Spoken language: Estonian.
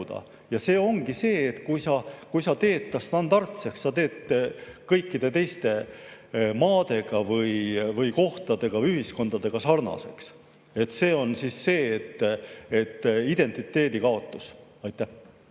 See ongi see, kui sa teed riigi standardseks, sa teed ta kõikide teiste maadega või kohtadega ja ühiskondadega sarnaseks. See on see identiteedi kaotus. Aitäh,